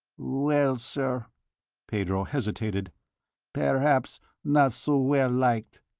well, sir pedro hesitated perhaps not so well liked.